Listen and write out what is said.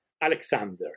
Alexander